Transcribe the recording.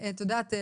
את יודעת,